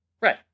Right